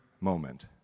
moment